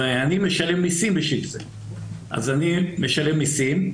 ואני משלם מיסים בשביל זה, אז אני משלם מיסים,